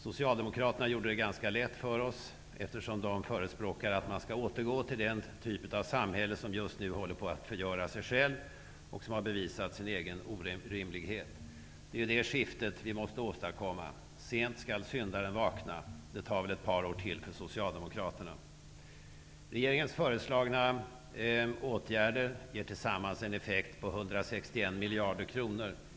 Socialdemokraterna gjorde det ganska lätt för oss, eftersom de förespråkar att man skall återgå till den typ av samhälle som just nu håller på att förgöra sig själv och som har bevisat sin egen orimlighet. Det är ju det skiftet vi måste åstadkomma. Sent skall syndaren vakna. Det tar väl ett par år till för socialdemokraterna. Regeringens föreslagna åtgärder ger tillsammans en effekt på 161 miljarder kronor över fem år.